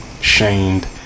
shamed